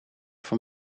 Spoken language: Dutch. voor